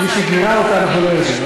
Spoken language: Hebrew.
מי שגיירה אותה אנחנו לא יודעים.